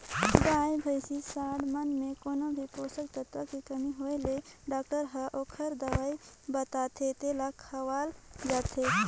गाय, भइसी, सांड मन में कोनो भी पोषक तत्व के कमी होय ले डॉक्टर हर ओखर दवई बताथे तेला खवाल जाथे